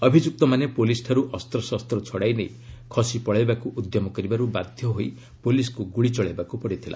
ଅଭିଯୁକ୍ତମାନେ ପୋଲିସଠାରୁ ଅସ୍ତ୍ରଶସ୍ତ ଛଡାଇ ନେଇ ଖସି ପଳାଇବାକୁ ଉଦ୍ୟମ କରିବାରୁ ବାଧ୍ୟ ହୋଇ ପୋଲିସକୁ ଗୁଳି ଚଳାଇବାକୁ ପଡିଥିଲା